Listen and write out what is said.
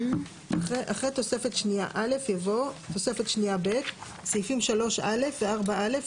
אחרי תוספת שנייה א' יבוא: "תוספת שנייה ב' (סעיפים 3א ו-4א,